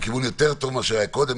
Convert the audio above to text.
בכיוון יותר טוב מאשר היה קודם.